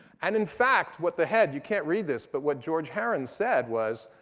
and in fact, what the head you can't read this but what george herrin said was